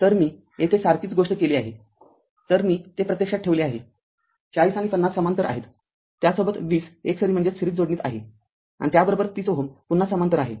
तर मी येथे सारखीच गोष्ट केली आहे तरमी ते प्रत्यक्षात ठेवले आहे ४० आणि ५० समांतर आहेत त्यासोबत २० एकसरी जोडणीत आहे आणि त्या बरोबर ३० Ω पुन्हा समांतर आहे